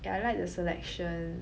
I like the selection